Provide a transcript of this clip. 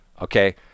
okay